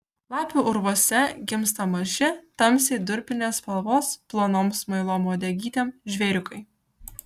lapių urvuose gimsta maži tamsiai durpinės spalvos plonom smailom uodegytėm žvėriukai